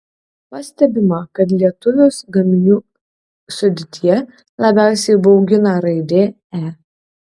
pastebima kad lietuvius gaminių sudėtyje labiausiai baugina raidė e